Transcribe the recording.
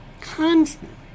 Constantly